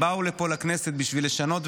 הן באו לפה לכנסת בשביל לשנות,